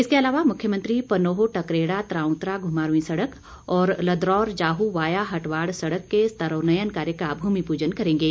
इसके अलावा मुख्यमंत्री पनोह टकरेड़ा तराउंत्रा घुमारवीं सड़क और लदरौर जाहू वाया हटवाड़ सड़क के स्तरोन्नयन कार्य का भूमि पूजन करेंगे